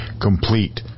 complete